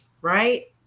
right